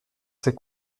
ses